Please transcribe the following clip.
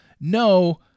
No